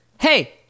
Hey